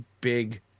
big